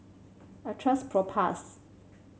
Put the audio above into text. I trust Propass